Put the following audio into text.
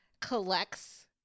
collects